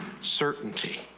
certainty